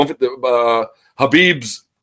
Habib's